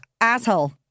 asshole